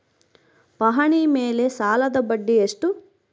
ಪಹಣಿ ಮೇಲೆ ಸಾಲದ ಬಡ್ಡಿ ಎಷ್ಟು?